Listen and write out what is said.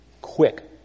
quick